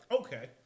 Okay